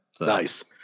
nice